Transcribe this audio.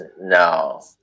no